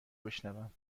بشنوم